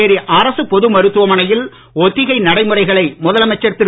புதுச்சேரி அரசுப் பொது மருத்துவமனையில் ஒத்திகை நடைமுறைகளை முதலமைச்சர் திரு